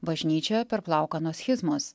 bažnyčioje per plauką nuo schizmos